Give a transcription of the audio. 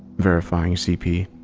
verifying cp.